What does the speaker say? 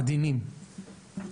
עדינים,